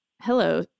Hello